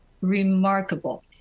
remarkable